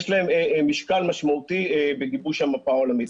יש להם משקל משמעותי בגיבוש המפה העולמית.